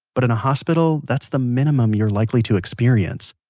but in a hospital that's the minimum you're likely to experience.